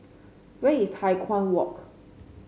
where is Tai Walk